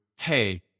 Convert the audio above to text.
hey